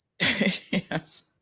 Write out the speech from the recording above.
yes